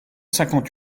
cinquante